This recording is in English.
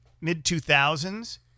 mid-2000s